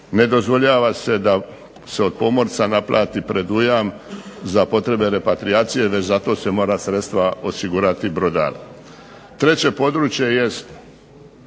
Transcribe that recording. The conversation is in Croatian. ne dozvoljava se da se od pomorca naplati predujam za potrebe repatrijacije već za to se mora sredstva osigurati brodar. Treće područje jest